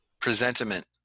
presentiment